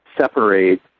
separate